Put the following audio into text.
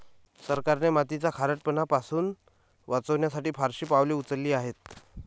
सरकारने मातीचा खारटपणा पासून वाचवण्यासाठी फारशी पावले उचलली आहेत